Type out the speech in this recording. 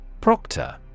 Proctor